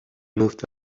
moved